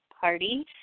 Party